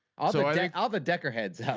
also i think other decker heads heads